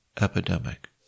epidemic